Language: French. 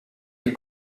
des